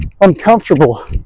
uncomfortable